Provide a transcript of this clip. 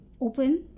open